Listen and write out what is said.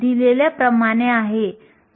तर ही अभिव्यक्ती या अंदाजे आहे